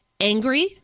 angry